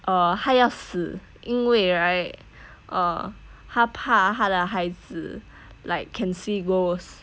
err 她要死因为 right err 她怕她的孩子 like can see ghosts